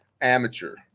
amateur